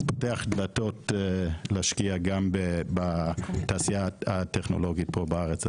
זה פותח דלתות להשקיע גם בתעשייה הטכנולוגית פה בארץ,